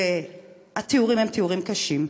והתיאורים הם תיאורים קשים.